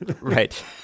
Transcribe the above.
Right